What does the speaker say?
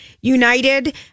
United